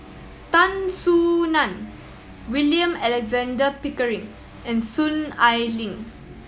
Tan Soo Nan William Alexander Pickering and Soon Ai Ling